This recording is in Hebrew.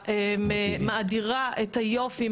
מאדירה את היופי,